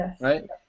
right